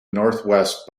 northwest